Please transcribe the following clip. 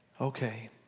Okay